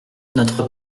notre